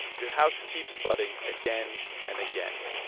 your house keeps flooding again and again.